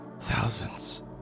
Thousands